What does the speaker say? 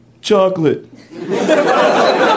chocolate